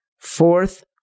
Fourth